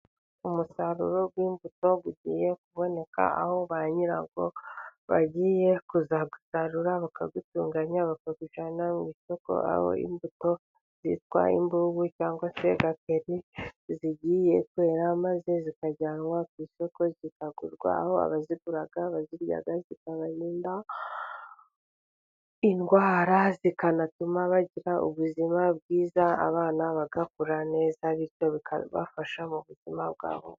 Umusaruro w'imbuto ugiye uboneka aho ba nyirawo bagiye kuzawusarura bakawutunganya bakawujyana mu isoko, aho imbuto zitwa Imbugu cyangwa se Gakeri zigiye kwera, maze zikajyanwa ku isoko zikagurwa. Aho abazigura bazirya zibarinda indwara, zikanatuma bagira ubuzima bwiza, abana bagakura neza bityo bikabafasha mu buzima bwabo.